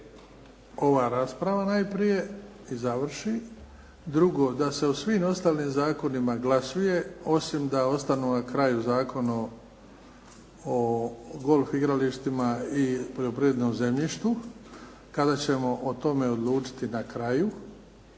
ova rasprava najprije i završi. Drugo, da se o svim ostalim zakonima glasuje osim da ostanu na kraju Zakon o golf igralištima i poljoprivrednom zemljištu, kada ćemo o tome odlučiti na kraju.